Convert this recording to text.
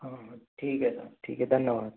हाँ हाँ ठीक है सर ठीक है धन्यवाद